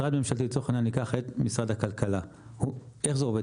לצורך העניין ניקח את משרד הכלכלה, איך זה עובד?